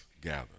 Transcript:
gather